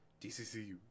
DCCU